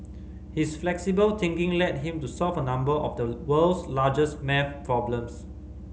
his flexible thinking led him to solve a number of the world's largest maths problems